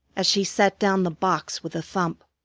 as she set down the box with a thump.